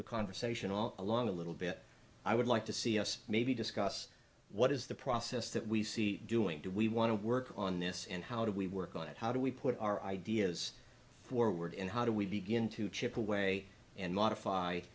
the conversation all along a little bit i would like to see us maybe discuss what is the process that we see doing do we want to work on this and how do we work on it how do we put our ideas forward and how do we begin to chip away and modify